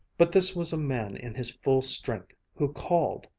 but this was a man in his full strength who called!